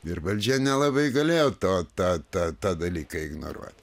ir valdžia nelabai galėjo to tą tą tą dalyką ignoruot